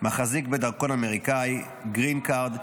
מחזיק בדרכון אמריקאי, גרין קארד.